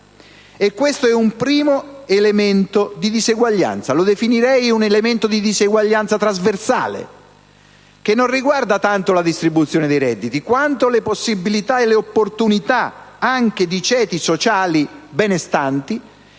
Questo è un primo elemento di diseguaglianza, che definirei trasversale, che non riguarda tanto la distribuzione dei redditi, quanto le possibilità e le opportunità anche per i ceti sociali benestanti,